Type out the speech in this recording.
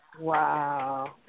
Wow